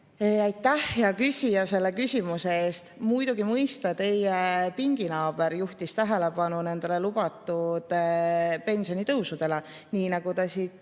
Aitäh, hea küsija, selle küsimuse eest! Muidugi mõista teie pinginaaber juhtis tähelepanu nendele lubatud pensionitõusudele, nii nagu ta siit